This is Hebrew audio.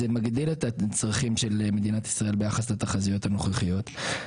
מגדיל את הצרכים של מדינת ישראל ביחס לתחזיות הנוכחיות.